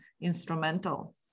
instrumental